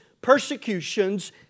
persecutions